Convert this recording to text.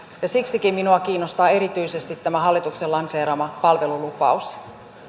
ja siksikin minua kiinnostaa erityisesti tämä hallituksen lanseeraama palvelulupaus